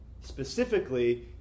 specifically